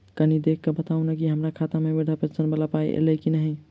कनि देख कऽ बताऊ न की हम्मर खाता मे वृद्धा पेंशन वला पाई ऐलई आ की नहि?